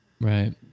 Right